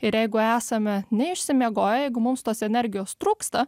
ir jeigu esame neišsimiegoję jeigu mums tos energijos trūksta